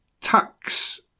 tax